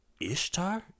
Ishtar